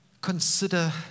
consider